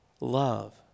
love